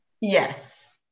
Yes